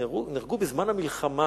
נהרגו בזמן המלחמה,